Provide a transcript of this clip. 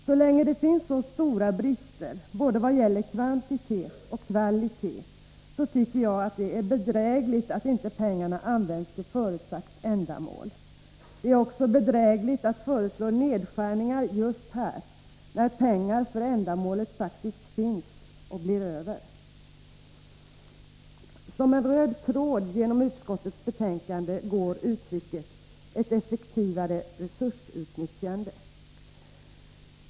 Så länge det finns så stora brister som i dag, både i vad gäller kvantitet och i fråga om kvalitet, tycker jag att det är bedrägligt att inte pengarna används till förutbestämt ändamål. Det är också bedrägligt att föreslå nedskärningar just här — när pengar för ändamålet faktiskt finns och blir över. Som en röd tråd genom utskottets betänkande går uttrycket ”ett effektivare resursutnyttjande”.